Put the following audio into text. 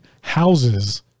houses